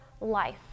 life